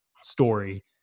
story